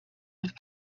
have